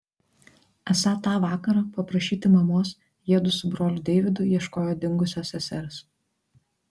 esą tą vakarą paprašyti mamos jiedu su broliu deividu ieškojo dingusios sesers